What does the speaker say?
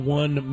one